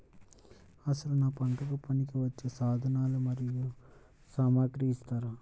అసలు నాకు పంటకు పనికివచ్చే సాధనాలు మరియు సామగ్రిని ఇస్తారా?